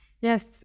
Yes